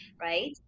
right